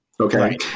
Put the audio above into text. Okay